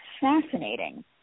fascinating